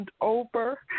over